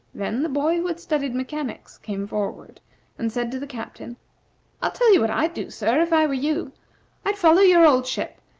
then the boy who had studied mechanics came forward and said to the captain i'll tell you what i'd do, sir, if i were you i'd follow your old ship,